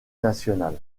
nationale